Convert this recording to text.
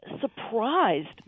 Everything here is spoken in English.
surprised